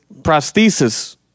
prosthesis